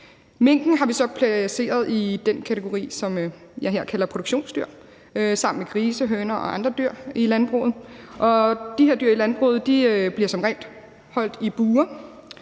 Minken har vi så placeret i den kategori, som jeg her kalder produktionsdyr, sammen med grise, høns og andre dyr i landbruget, og de her dyr i landbruget bliver som regel holdt i bure,